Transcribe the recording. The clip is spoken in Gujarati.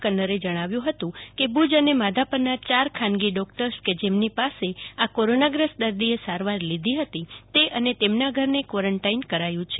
કન્નારે જણાવ્યું હતું કે ભુજ એ માધાપરના ચાર ખાનગી ડોક્ટર્સ કે જેમની પાસે આ કોરોના ગ્રસ્ત દર્દીએ સારવાર લીધી હતી તે અને તેમના ઘરને ક્વોરેન્ટાઇન કરાયું છે